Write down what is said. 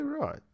right